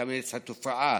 קמיניץ התופעה,